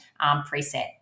preset